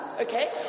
okay